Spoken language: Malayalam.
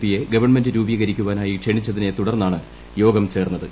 പി യെ ഗവൺമെന്റ് രൂപീകരിക്കാനായി ക്ഷണിച്ചതിനെ തുടർന്നാണ് യോഗം ചേർന്നത്